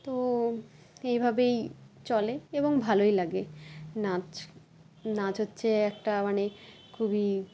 তো এইভাবেই চলে এবং ভালোই লাগে নাচ নাচ হচ্চে একটা মানে খুবই